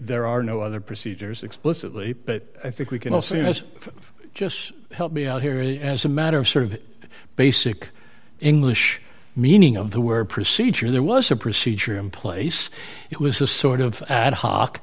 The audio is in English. there are no other procedures explicitly but i think we can all see this just help me out here as a matter of sort of basic english meaning of the word procedure there was a procedure in place it was a sort of ad h